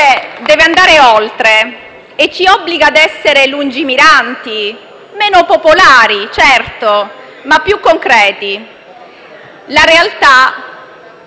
deve andare oltre e ci obbliga a essere lungimiranti, di certo meno popolari, ma più concreti. La realtà